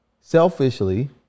selfishly